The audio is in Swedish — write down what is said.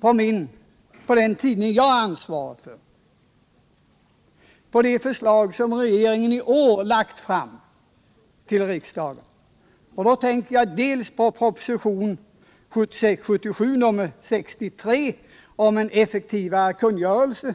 Regeringen har i år för riksdagen lagt fram flera förslag som rör pressens ekonomi. Jag tänker då dels på propositionen 1976/77:63 om en effektivare kungörelse,